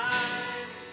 eyes